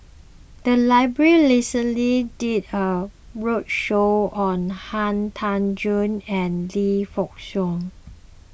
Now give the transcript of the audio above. the library recently did a roadshow on Han Tan Juan and Lee Yock Suan